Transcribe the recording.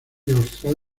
austral